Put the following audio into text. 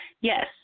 Yes